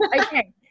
Okay